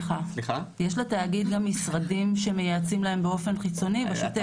יש לתאגיד גם משרדים שמייעצים להן באופן חיצוני בשוטף.